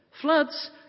Floods